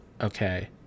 Okay